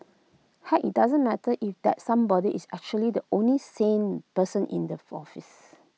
heck IT doesn't matter if that somebody is actually the only sane person in the office